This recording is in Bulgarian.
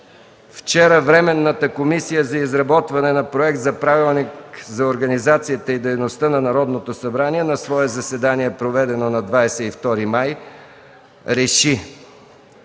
Вчера Временната комисия за изработване на Проект за правилник за организацията и дейността на Народното събрание на свое заседание, проведено на 22 май 2013